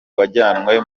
wajyanwe